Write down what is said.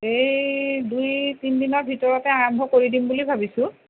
এই দুই তিনিদিনৰ ভিতৰতে আৰম্ভ কৰি দিম বুলি ভাবিছোঁ